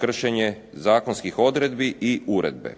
kršenje zakonskih odredbi i uredbe.